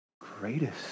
Greatest